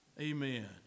Amen